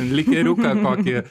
likeriuką kokį